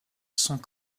sont